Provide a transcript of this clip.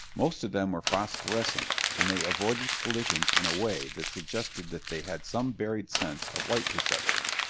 most of them were phosphorescent, and they avoided collisions in a way that suggested that they had some buried sense of light perception.